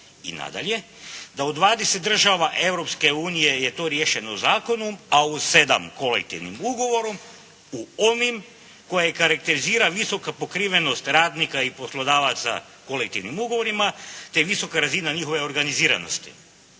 I nadalje, da je u 20 država Europske unije to riješeno zakonom a u 7 kolektivnim ugovorom u onim koje karakterizira visoka pokrivenost radnika poslodavaca kolektivnim ugovorima, te visoka razina njihove organiziranosti.